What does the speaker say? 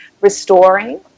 restoring